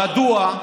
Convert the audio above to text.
מדוע?